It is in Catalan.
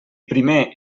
primer